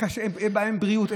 אין בהן בריאות.